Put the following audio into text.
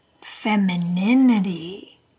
femininity